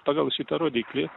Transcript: pagal šitą rodiklį